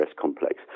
complex